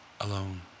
alone